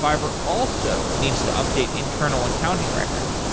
fiverr also needs to update internal accounting records